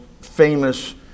famous